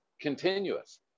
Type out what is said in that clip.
continuous